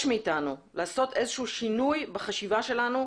מאיתנו לעשות איזה שהוא שינוי בחשיבה שלנו.